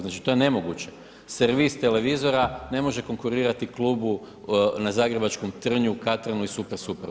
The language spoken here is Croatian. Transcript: Znači to je nemoguće, servis televizora, ne može konkurirati klubu na zagrebačkom Trnju, Katranu i super super.